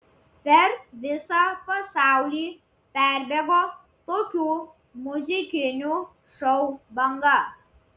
per visą pasaulį perbėgo tokių muzikinių šou banga